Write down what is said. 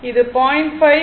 இது 0